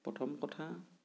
প্ৰথম কথা